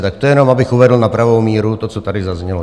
Tak to jenom abych uvedl na pravou míru to, co tady zaznělo.